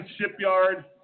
Shipyard